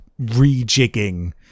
rejigging